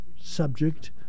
subject